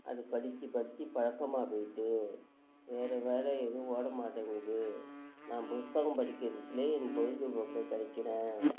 அது படித்து படித்து பழக்கமாக போய்ட்டு வேறு வேலை எதுவும் ஓட மாட்டேங்குது நான் புஸ்தகம் படிக்கிறதுலே என் பொழுதுபோக்கை கழிக்கிறேன்